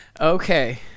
Okay